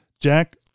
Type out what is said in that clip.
Jack